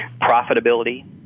profitability